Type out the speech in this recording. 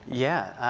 yeah,